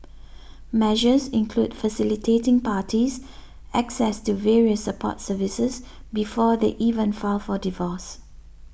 measures include facilitating parties access to various support services before they even file for divorce